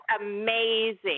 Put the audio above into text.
amazing